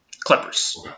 Clippers